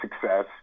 success